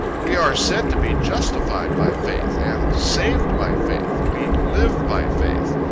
we are said to be justified by faith, and saved by faith we live by faith.